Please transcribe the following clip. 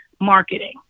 marketing